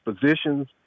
positions